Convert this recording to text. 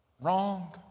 Wrong